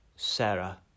Sarah